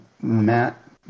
Matt